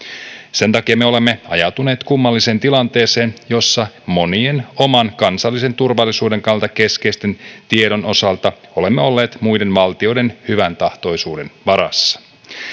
sen takia me olemme ajautuneet kummalliseen tilanteeseen jossa oman kansallisen turvallisuuden kannalta olemme monen keskeisen tiedon osalta olleet muiden valtioiden hyväntahtoisuuden varassa